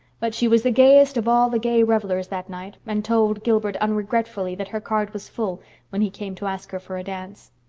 but she was the gayest of all the gay revellers that night, and told gilbert unregretfully that her card was full when he came to ask her for a dance.